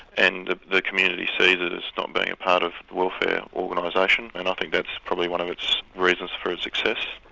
and the community sees it as not being a part of the welfare organisation, and i think that's probably one of its reasons for its success.